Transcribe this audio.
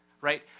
Right